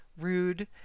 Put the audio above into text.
rude